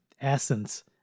essence